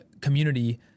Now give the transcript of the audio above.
community